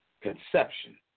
Conception